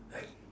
!hey!